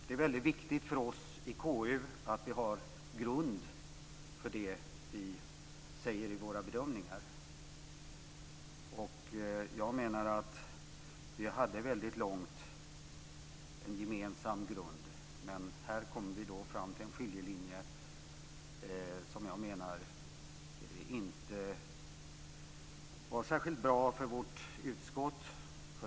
Det är väldigt viktigt för oss i KU att vi har grund för det vi säger i våra bedömningar. Vi hade en gemensam grund väldigt länge, men här kom vi fram till en skiljelinje som inte var särskilt bra för vårt utskott.